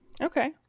okay